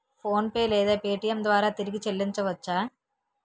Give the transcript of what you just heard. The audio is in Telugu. ఫోన్పే లేదా పేటీఏం ద్వారా తిరిగి చల్లించవచ్చ?